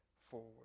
forward